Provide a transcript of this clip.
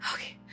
Okay